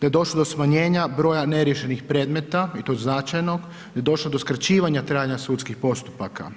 da je došlo do smanjenja neriješenih predmeta i to značajnog, da je došlo do skraćivanja trajanja sudskih postupaka.